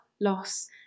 loss